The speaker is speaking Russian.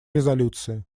резолюции